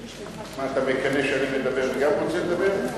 מה אתה מקנא שאני מדבר, אתה גם רוצה לדבר?